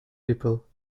people